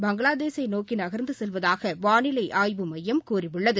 பங்களாதேஷை நோக்கி நகர்ந்து செல்வதாக வானிலை ஆய்வு எமயம் கூறியுள்ளது